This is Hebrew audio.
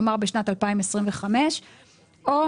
כלומר בשנת 2025. או